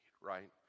right